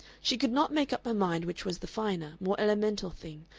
she could not make up her mind which was the finer, more elemental thing,